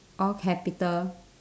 all capital